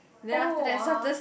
oh (aha)